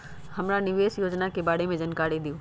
हमरा निवेस योजना के बारे में जानकारी दीउ?